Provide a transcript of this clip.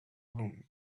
room